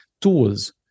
tools